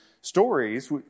stories